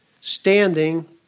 standing